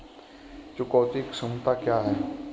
चुकौती क्षमता क्या है?